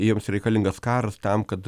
jiems reikalingas karas tam kad